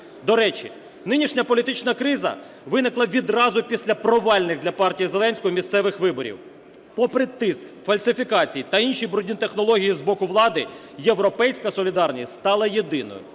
До речі, нинішня політична криза виникла відразу після провальних для партії Зеленського місцевих виборів. Попри тиск, фальсифікації та інші брудні технології з боку влади "Європейська солідарність" стала єдиною,